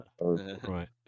Right